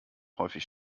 häufig